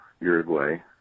Uruguay